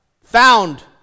Found